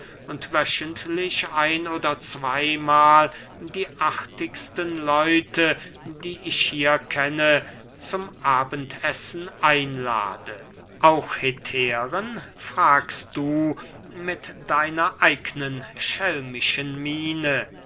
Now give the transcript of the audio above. und wöchentlich ein oder zweymahl die artigsten leute die ich hier kenne zum abendessen einlade auch hetären fragst du mit deiner eignen schelmischen miene